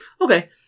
Okay